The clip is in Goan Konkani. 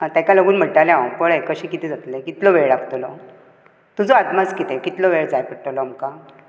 आं तेका लागून म्हणटालें हांव पळय कशें कितें जातलें कितलो वेळ लागतलो तुजो अदमास कितें कितलो वेळ जाय पडटलो आमकां